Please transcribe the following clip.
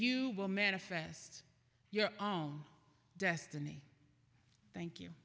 you will manifest your own destiny thank you